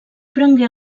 prengué